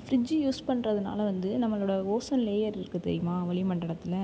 fridge use பண்ணுறதுனால வந்து நம்மளோட ஓசோன் லேயர் இருக்குது தெரியுமா வளிமண்டலத்தில்